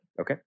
Okay